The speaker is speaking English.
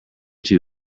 two